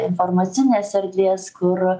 informacinės erdvės kur